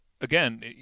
again